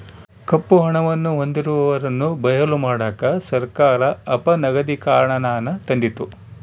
ಕಪ್ಪು ಹಣವನ್ನು ಹೊಂದಿರುವವರನ್ನು ಬಯಲು ಮಾಡಕ ಸರ್ಕಾರ ಅಪನಗದೀಕರಣನಾನ ತಂದಿತು